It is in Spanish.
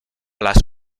las